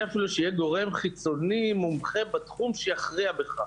אפילו שיהיה גורם חיצוני מומחה בתחום שיכריע בכך.